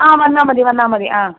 ആ വന്നാൽ മതി വന്നാൽ മതി ആ